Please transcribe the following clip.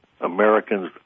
Americans